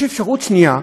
יש אפשרות שנייה,